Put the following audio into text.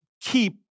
keep